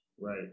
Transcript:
Right